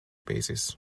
basis